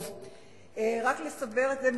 רק לסבר את האוזן,